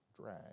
drag